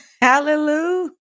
hallelujah